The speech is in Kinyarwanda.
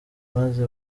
maze